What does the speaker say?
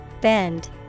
bend